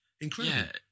Incredible